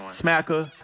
smacker